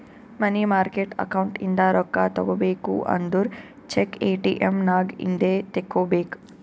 ಮನಿ market account ಇಂದ ರೊಕ್ಕಾ ತಗೋಬೇಕು ಅಂದುರ್ ಚೆಕ್, ಎ.ಟಿ.ಎಮ್ ನಾಗ್ ಇಂದೆ ತೆಕ್ಕೋಬೇಕ್